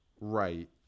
Right